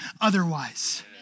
otherwise